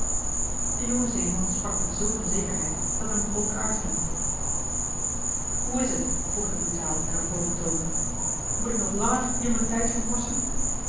de jonge zeeman sprak met zulk een zekerheid dat men begon te aarzelen hoe is het vroeg hij brutaal en op hoogen toon moet ik nog langer hier m'n tijd